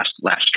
last